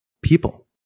people